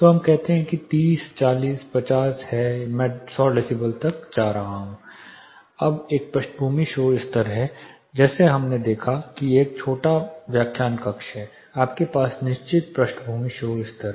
तो हम कहते हैं कि यह 30 40 50 है मैं 100 डेसिबल तक जा रहा हूं अब एक पृष्ठभूमि शोर स्तर है जैसे हमने देखा कि यह एक छोटा व्याख्यान कक्ष है आपके पास निश्चित पृष्ठभूमि शोर स्तर है